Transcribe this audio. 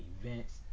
events